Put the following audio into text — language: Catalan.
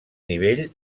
nivell